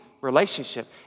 relationship